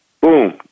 boom